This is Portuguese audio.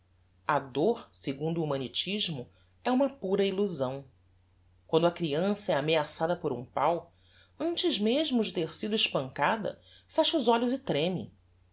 a dôr segundo o humanitismo é uma pura illusão quando a criança é ameaçada por um páu antes mesmo de ter sido espancada fecha os olhos e treme